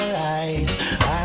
right